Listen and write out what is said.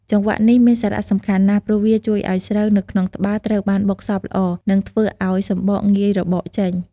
ចង្វាក់នេះមានសារៈសំខាន់ណាស់ ព្រោះវាជួយឱ្យស្រូវនៅក្នុងត្បាល់ត្រូវបានបុកសព្វល្អ និងធ្វើឱ្យសម្បកងាយរបកចេញ។